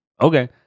Okay